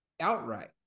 outright